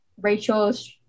Rachel's